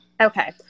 Okay